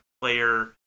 player